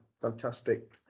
Fantastic